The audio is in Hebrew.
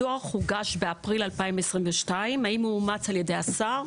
הדו"ח הוגש באפריל 2022. האם הוא אומץ על ידי השר?